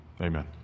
Amen